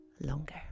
longer